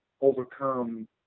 overcome